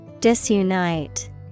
Disunite